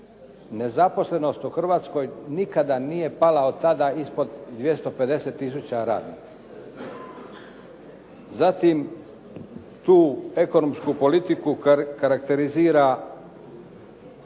nezaposlenost u Hrvatskoj nikada nije pala od tada ispod 250 tisuća radnika. Zatim, tu ekonomsku politiku karakterizira